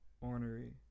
ornery